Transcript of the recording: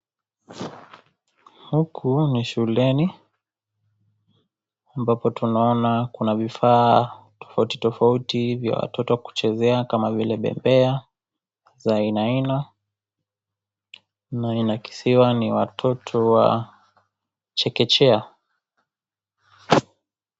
Huku ni shuleni ambapo tunaona kuna vifaa tofauti tofauti vya watoto kuchezea kama vile bebea, za aina aina na inakisiwa ni watoto wa chekechea.